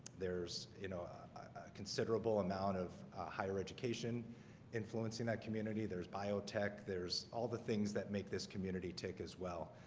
there's you know a considerable amount of higher education influencing that community there's biotech. there's all the things that make this community tick as well